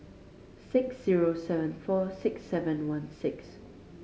six zero seven four six seven one six